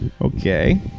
Okay